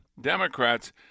Democrats